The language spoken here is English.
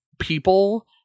people